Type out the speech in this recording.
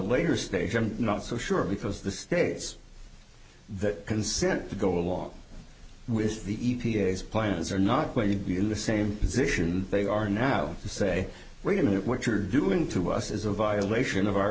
later stage i'm not so sure because the states that consent to go along with the e p a s plans are not going to be in the same position they are now to say wait a minute what you're doing to us is a violation of our